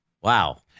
Wow